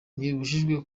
ntibibujijwe